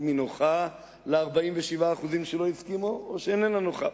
בין שהיא נוחה ל-47% שלא הסכימו ובין שאיננה נוחה.